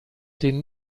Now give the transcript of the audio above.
den